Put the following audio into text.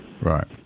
Right